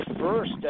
first